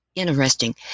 Interesting